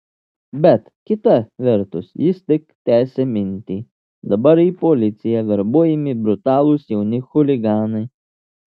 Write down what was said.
bet kita vertus jis tik tęsė mintį dabar į policiją verbuojami brutalūs jauni chuliganai